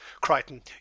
Crichton